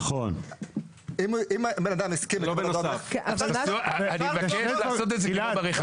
אני מבקש לעשות את זה גם ברכבים.